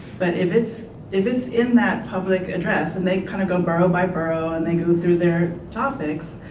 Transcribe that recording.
but if it's if it's in that public address and they kind of go borough by borough and they go through their topics.